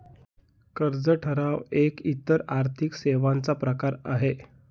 कर्ज ठराव एक इतर आर्थिक सेवांचा प्रकार आहे